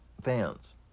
fans